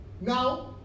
now